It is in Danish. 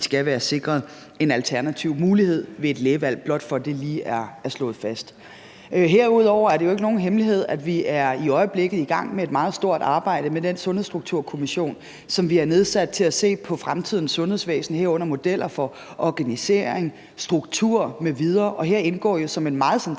skal være sikret en alternativ mulighed ved et lægevalg – blot for lige at slå det fast. Herudover er det jo ikke nogen hemmelighed, at vi i øjeblikket er i gang med et meget stort arbejde med den Sundhedsstrukturkommission, som vi har nedsat til at se på fremtidens sundhedsvæsen, herunder modeller for organisering, struktur m.v., og her indgår jo som et meget centralt